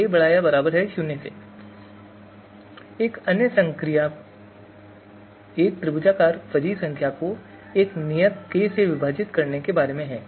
एक अन्य संक्रिया एक त्रिभुजाकार फजी संख्या को एक नियत k से विभाजित करने के बारे में है